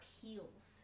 heels